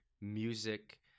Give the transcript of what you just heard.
music